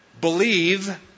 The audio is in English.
believe